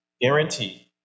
guaranteed